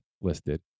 listed